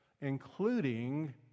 including